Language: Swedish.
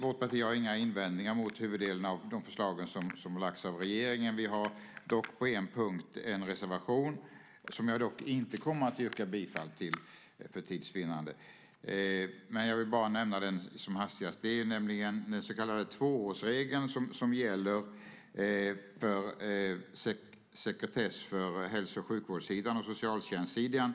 Mitt parti har inga invändningar mot huvuddelen av de förslag som lagts fram av regeringen. Vi har dock på en punkt en reservation, som jag dock inte kommer att yrka bifall till, för tids vinnande. Jag vill bara nämna den som hastigast. Det är den så kallade tvåårsregeln som gäller sekretess för hälso och sjukvårdssidan och socialtjänstsidan.